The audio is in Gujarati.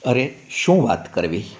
અરે શું વાત કરવી